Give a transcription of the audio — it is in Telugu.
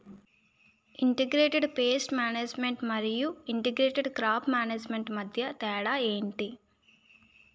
ఇంటిగ్రేటెడ్ పేస్ట్ మేనేజ్మెంట్ మరియు ఇంటిగ్రేటెడ్ క్రాప్ మేనేజ్మెంట్ మధ్య తేడా ఏంటి